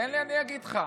תן לי, אני אגיד לך.